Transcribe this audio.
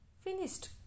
finished